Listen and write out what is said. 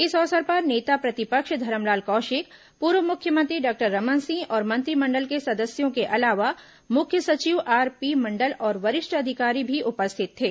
इस अवसर पर नेता प्रतिपक्ष धरमलाल कौशिक पूर्व मुख्यमंत्री डॉक्टर रमन सिंह और मंत्रिमंडल के सदस्यों के अलावा मुख्य सचिव आरपी मंडल और वरिष्ठ अधिकारी भी उपस्थित थे